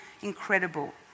incredible